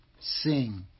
Sing